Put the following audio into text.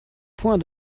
point